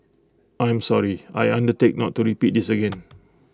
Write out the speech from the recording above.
I'm sorry I undertake not to repeat this again